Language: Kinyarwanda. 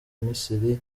misiri